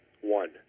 One